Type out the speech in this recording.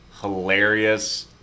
hilarious